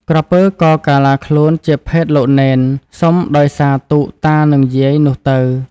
ក្រពើក៏កាឡាខ្លួនជាភេទលោកនេន សុំដោយសារទូកតានិងយាយនោះទៅ ។